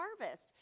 harvest